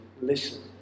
listen